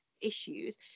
issues